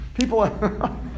people